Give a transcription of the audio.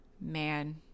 man